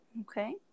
Okay